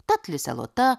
tad lisė lota